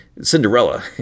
Cinderella